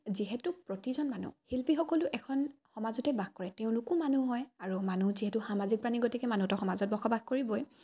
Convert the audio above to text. যিহেতু প্ৰতিজন মানুহ শিল্পীসকলো এখন সমাজতে বাস কৰে তেওঁলোকো মানুহ হয় আৰু মানুহ যিহেতু সামাজিক প্ৰাণী গতিকে মানুহতো সমাজত বসবাস কৰিবই